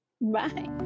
Bye